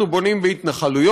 אנחנו בונים בהתנחלויות.